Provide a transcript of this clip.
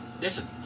listen